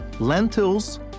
lentils